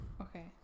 okay